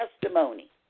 testimony